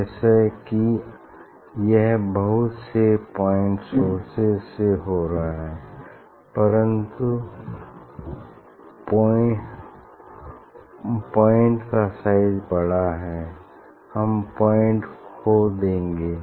जैसे कि यह बहुत से पॉइंट सोर्सेज से हो रहा है मतलब पॉइंट का साइज बड़ा है हम पॉइंट को खो देंगे